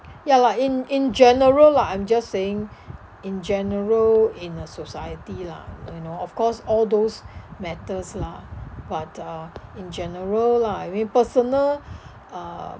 ya like in in general lah I'm just saying in general in a society lah you know of course all those matters lah but uh in general lah I mean personal uh